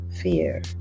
fear